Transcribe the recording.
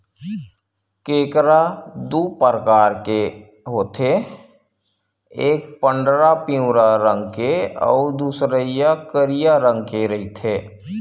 केंकरा दू परकार होथे एक पंडरा पिंवरा रंग के अउ दूसरइया करिया रंग के रहिथे